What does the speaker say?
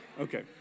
Okay